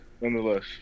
Nonetheless